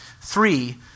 Three